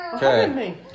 Okay